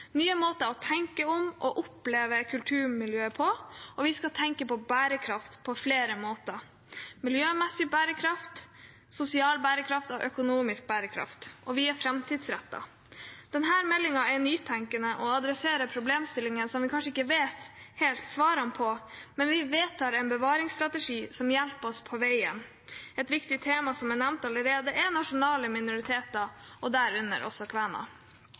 nye måter å tenke på og oppleve kulturmiljøet på – og vi skal tenke på bærekraft på flere måter: miljømessig bærekraft, sosial bærekraft og økonomisk bærekraft. Vi er også framtidsrettet. Denne meldingen er nytenkende og tar opp problemstillinger vi kanskje ikke helt vet svaret på, men vi vedtar en bevaringsstrategi som hjelper oss på veien. Et viktig tema som er nevnt allerede, er nasjonale minoriteter, derunder også kvener.